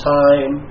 time